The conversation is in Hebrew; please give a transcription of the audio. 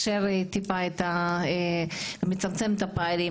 את הפערים.